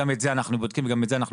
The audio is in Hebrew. גם את זה אנחנו בודקים וגם על זה אנחנו